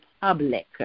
public